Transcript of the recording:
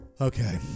Okay